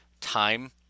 time